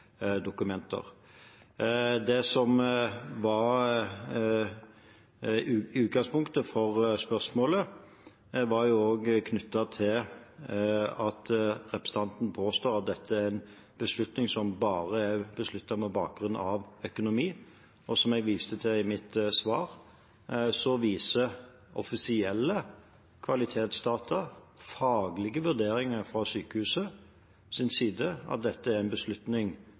Det som var utgangspunktet for spørsmålet, var at representanten Lundteigen påstår at dette er en beslutning som bare har bakgrunn i økonomi. Som jeg viste til i mitt svar, viser offisielle kvalitetsdata, faglige vurderinger fra sykehusets side, at dette er en beslutning